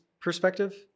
perspective